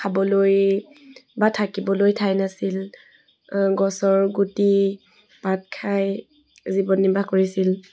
খাবলৈ বা থাকিবলৈ ঠাই নাছিল গছৰ গুটি পাত খাই জীৱন নিৰ্বাহ কৰিছিল